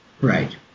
Right